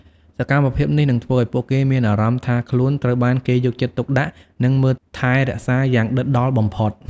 សកម្មភាពនេះនឹងធ្វើឲ្យពួកគេមានអារម្មណ៍ថាខ្លួនត្រូវបានគេយកចិត្តទុកដាក់និងមើលថែរក្សាយ៉ាងដិតដល់បំផុត។